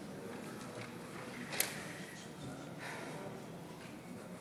21 חברי כנסת